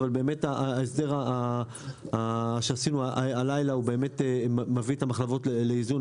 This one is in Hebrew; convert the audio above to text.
אבל באמת ההסדר שעשינו הלילה מביא את המחלבות לאיזון,